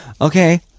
Okay